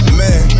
man